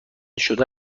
شده